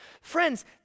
Friends